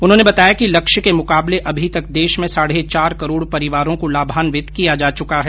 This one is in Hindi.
उन्होंने बताया कि लक्ष्य के मुकाबले अभी तक देश में साढे चार करोड परिवारों को लाभान्वित किया जा चुका है